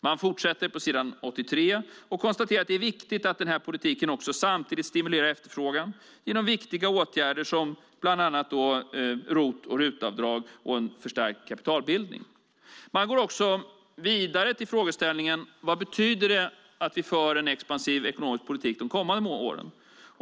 Man fortsätter med att på s. 83 konstatera att det är viktigt att den här politiken samtidigt stimulerar efterfrågan genom viktiga åtgärder som bland annat ROT och RUT-avdrag och en förstärkt kapitalbildning. Man går vidare till frågeställningen: Vad betyder det att vi för en expansiv ekonomisk politik de kommande åren?